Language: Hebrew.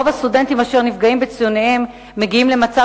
רוב הסטודנטים אשר נפגעים בציוניהם מגיעים למצב